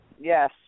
Yes